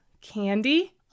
candy